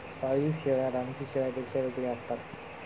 पाळीव शेळ्या रानटी शेळ्यांपेक्षा वेगळ्या असतात